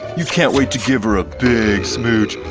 you can't wait to give her a big smooch!